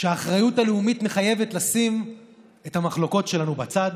שהאחריות הלאומית מחייבת לשים את המחלוקות שלנו בצד